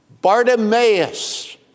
Bartimaeus